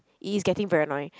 it is getting very annoying